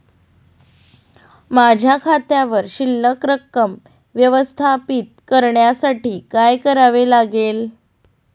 माझ्या खात्यावर शिल्लक रक्कम व्यवस्थापित करण्यासाठी काय करावे लागेल?